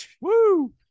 Woo